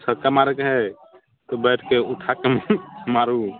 छक्का मारैके है तऽ बैटके उठाके मारू